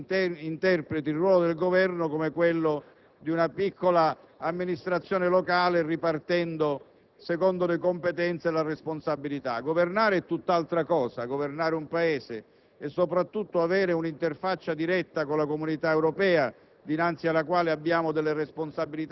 Mi dispiace che la senatrice De Petris interpreti il ruolo del Governo come quello di una piccola amministrazione locale ripartendo, secondo le competenze, la responsabilità. Governare è tutt'altra cosa. Governare un Paese è soprattutto avere una interfaccia diretta con la Comunità Europea,